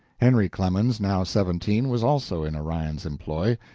henry clemens, now seventeen, was also in orion's employ,